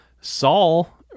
Saul